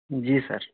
جی سر